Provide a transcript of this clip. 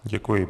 Děkuji.